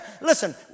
Listen